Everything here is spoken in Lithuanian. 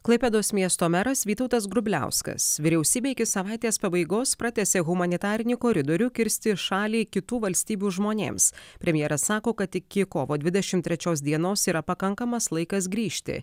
klaipėdos miesto meras vytautas grubliauskas vyriausybė iki savaitės pabaigos pratęsė humanitarinį koridorių kirsti šalį kitų valstybių žmonėms premjeras sako kad iki kovo dvidešim trečios dienos yra pakankamas laikas grįžti